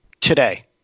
today